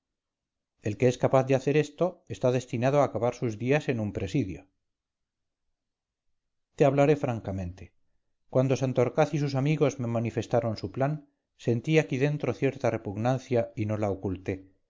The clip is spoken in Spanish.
el que es capaz de hacer esto está destinado a acabar sus días en un presidio te hablaré francamente cuando santorcaz y sus amigos me manifestaron su plan sentí aquí dentro cierta repugnancia y no la oculté